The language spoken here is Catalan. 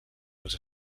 els